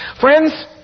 Friends